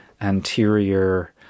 anterior